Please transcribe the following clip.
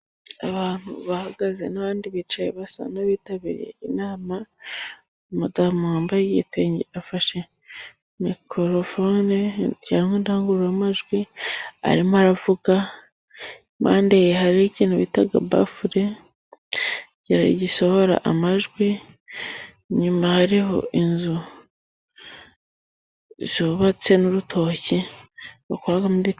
Abantu bahagaze n'abandi bicaye basa n'abitabiriye inama, umudamu wambaye igitenge afashe mikorofone, cyangwa indangururamajwi arimo aravuga, iruhande rwe hari ikintu bita bafure gisohora amajwi, inyuma hariho inzu zubatse n'urutoki bakoragamo......